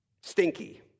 Stinky